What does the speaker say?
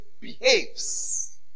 behaves